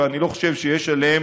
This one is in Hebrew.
ואני לא חושב שיש עליהן